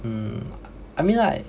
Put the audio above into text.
um I mean like